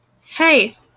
Hey